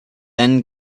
then